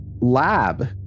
Lab